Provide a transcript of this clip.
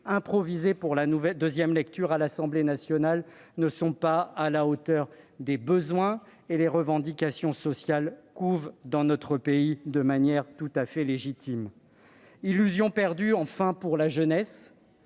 improvisée en vue de la deuxième lecture à l'Assemblée nationale, ne sont pas à la hauteur des besoins. Les revendications sociales couvent dans notre pays, de manière tout à fait légitime. Illusion perdue, enfin, pour la jeunesse,